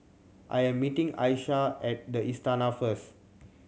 I am meeting Ayesha at The Istana first